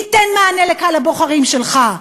תיתן מענה לקהל הבוחרים שלך,